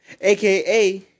AKA